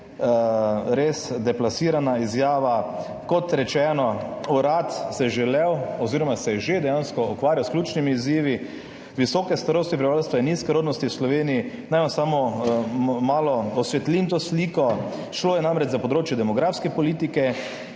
Res deplasirana izjava. Kot rečeno, urad se je dejansko ukvarjal s ključnimi izzivi visoke starosti prebivalstva in nizke rodnosti v Sloveniji. Naj vam samo malo osvetlim to sliko, šlo je namreč za področje demografske politike